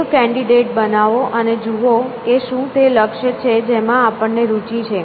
એક કેન્ડીડેટ બનાવો અને જુઓ કે શું તે લક્ષ્ય છે જેમાં આપણને રુચિ છે